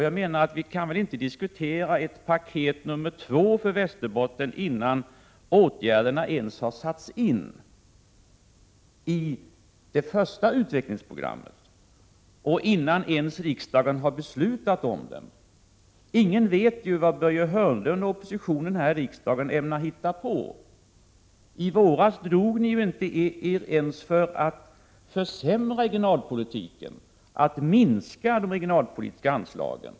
Vi kan väl inte diskutera ett paket nr 2 för Västerbotten, innan åtgärderna i det första utvecklingsprogrammet ens har satts in och innan riksdagen ens har beslutat om det? Ingen vet ju vad Börje Hörnlund och oppositionen i riksdagen ämnar hitta på. I våras drog ni er inte ens för att försämra regionalpolitiken och minska de regionalpolitiska anslagen.